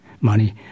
money